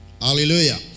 Hallelujah